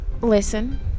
listen